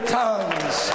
tongues